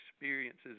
experiences